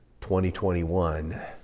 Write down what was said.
2021